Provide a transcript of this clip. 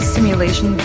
Simulation